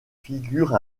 figure